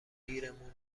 دیرمون